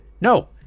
No